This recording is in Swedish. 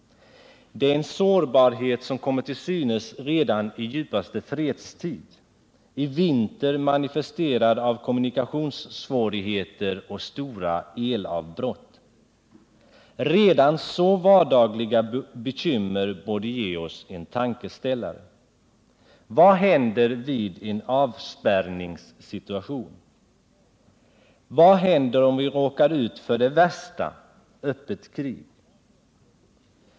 Det är en sårbarhet som kommer till synes redan i djupaste fredstid — i vinter manifesterad av kommunikationssvårigheter och stora elavbrott. Redan så vardagliga bekymmer borde ge oss en tankeställare. Vad händer i en avspärrningssituation? Vad händer om vi råkar ut för det värsta, öppet krig?